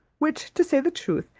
which, to say the truth,